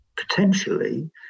potentially